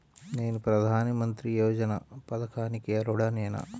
నేను ప్రధాని మంత్రి యోజన పథకానికి అర్హుడ నేన?